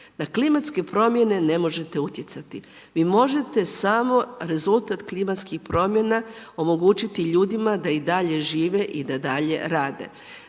Na klimatske promjene ne možete utjecati. Vi možete samo rezultat klimatskih promjena omogućiti ljudima da i dalje žive i da dalje rade.